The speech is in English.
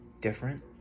different